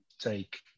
take